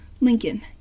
Lincoln